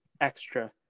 extra